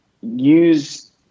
use